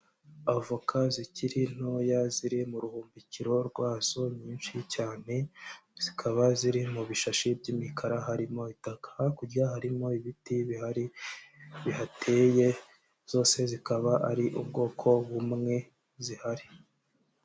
Avoka zikiri ntoya, ziri mu ruhubikiro rwazo, nyinshi cyane, zikaba ziri mu bishashi by'imikara harimo itaka, hakurya harimo ibiti bihari, bihateye, zose zikaba ari ubwoko bumwe zihari.